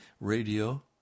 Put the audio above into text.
radio